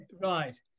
Right